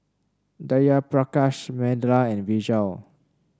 Jayaprakash Medha and Vishal